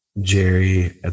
Jerry